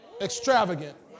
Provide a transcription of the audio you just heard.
extravagant